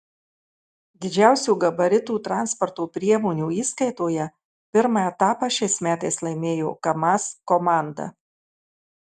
didžiausių gabaritų transporto priemonių įskaitoje pirmą etapą šiais metais laimėjo kamaz komanda